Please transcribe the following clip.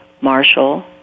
Marshall